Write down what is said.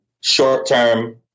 short-term